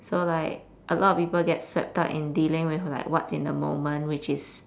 so like a lot of people get swept up in dealing with like what's in the moment which is